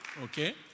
okay